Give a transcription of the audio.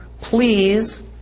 Please